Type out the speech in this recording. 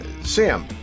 Sam